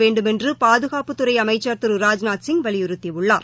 வேண்டுமென்று பாதுகாப்புத்துறை அமைச்சர் திரு ராஜ்நாத்சிங் வலியுறுத்தியுள்ளார்